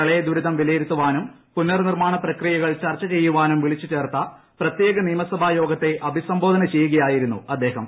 പ്രളയദുരിതം വിലയിരുത്താനും പുനർനിർമ്മാണ പ്രക്രിയകൾ ചർച്ചു ചെയ്യാനും വിളിച്ചു ചേർത്ത പ്രത്യേക നിയമസഭാ യോഗത്തെ അഭിസംബോധന ചെയ്യുകയായിരുന്നു അദ്ദേഹം